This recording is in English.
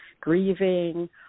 grieving